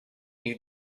you